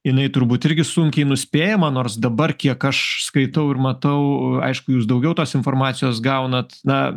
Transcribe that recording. jinai turbūt irgi sunkiai nuspėjama nors dabar kiek aš skaitau ir matau aišku jūs daugiau tos informacijos gaunat na